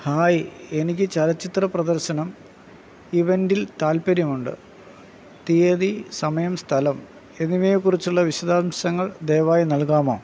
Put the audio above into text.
hi എനിക്ക് ചലച്ചിത്ര പ്രദർശനം ഇവൻറിൽ താൽപ്പര്യമുണ്ട് തീയതി സമയം സ്ഥലം എന്നിവയെ കുറിച്ചുള്ള വിശദാംശങ്ങൾ ദയവായി നൽകാമോ